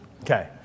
Okay